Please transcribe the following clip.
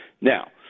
Now